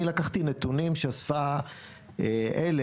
אני לקחתי נתונים שאספה על"ם.